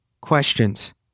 questions